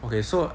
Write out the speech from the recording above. okay so